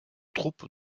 troupes